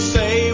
say